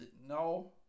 No